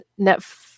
Netflix